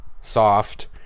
soft